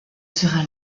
sera